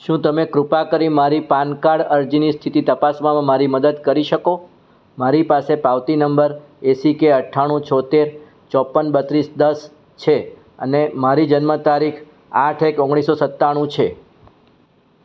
શું તમે કૃપા કરી મારી પાનકાર્ડ અરજીની સ્થિતિ તપાસવામાં મારી મદદ કરી શકો મારી પાસે પાવતી નંબર એસિકે અઠ્ઠાણું છોતેર ચોપન બત્રીસ દસ છે અને મારી જન્મ તારીખ આઠ એક ઓગણીસો સતાણું છે